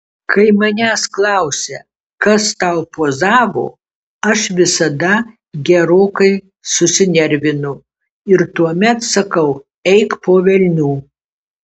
kai manęs klausia kas tau pozavo aš visada gerokai susinervinu ir tuomet sakau eik po velnių